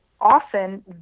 often